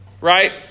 Right